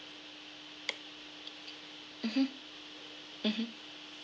mmhmm mmhmm